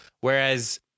Whereas